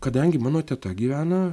kadangi mano teta gyvena